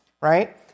right